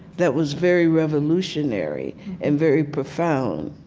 that was very revolutionary and very profound